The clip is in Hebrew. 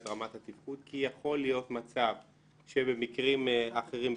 רמת התפקוד כי יכול להיות מצב שבמקרים אחרים,